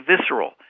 visceral